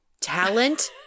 Talent